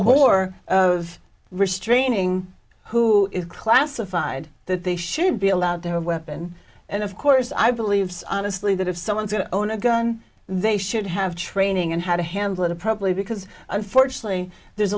more of restraining who is classified that they should be allowed their weapon and of course i believes honestly that if someone's going to own a gun they should have training in how to handle it probably because unfortunately there's